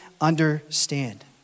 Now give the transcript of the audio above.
understand